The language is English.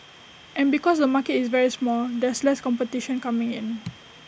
and because the market is very small there's less competition coming in